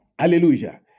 Hallelujah